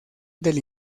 del